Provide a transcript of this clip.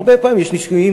הרבה פעמים יש נישואים